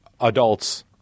adults